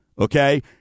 Okay